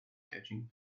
catching